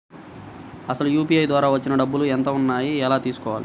అసలు యూ.పీ.ఐ ద్వార వచ్చిన డబ్బులు ఎంత వున్నాయి అని ఎలా తెలుసుకోవాలి?